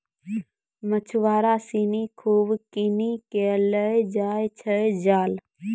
मछुआरा सिनि खूब किनी कॅ लै जाय छै जाल